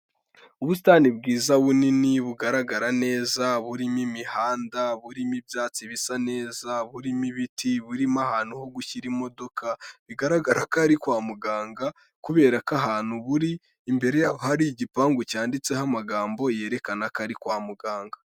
Ubusitani bwiza bunini, bugaragara neza, burimo imihanda, burimo ibyatsi bisa neza, burimo ibiti, burimo ahantu ho gushyira imodoka, bigaragara ko ari kwa muganga, kubera ko ahantu buri, imbere y'aho hari igipangu cyanditseho amagambo yerekana ko ari kwa muganga.